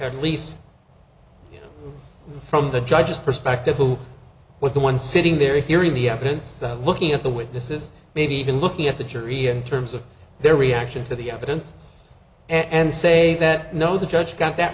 at least from the judge's perspective who was the one sitting there hearing the evidence looking at the witnesses maybe even looking at the jury in terms of their reaction to the evidence and saying that no the judge got that